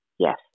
Yes